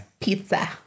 Pizza